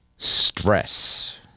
stress